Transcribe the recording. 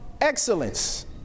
excellence